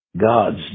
God's